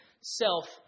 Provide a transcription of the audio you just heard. self